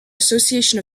association